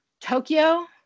Tokyo